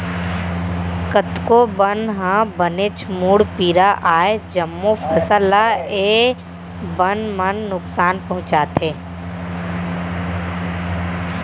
कतको बन ह बनेच मुड़पीरा अय, जम्मो फसल ल ए बन मन नुकसान पहुँचाथे